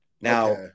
Now